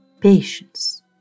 Patience